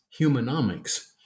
humanomics